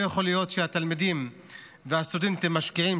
לא יכול להיות שהתלמידים והסטודנטים משקיעים